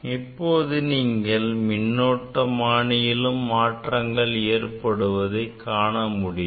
இப்போது நீங்கள் மின்னோட்டமானியிலும் மாற்றங்கள் ஏற்படுவதை காண முடியும்